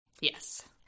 Yes